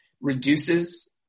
reduces